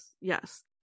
Yes